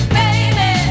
baby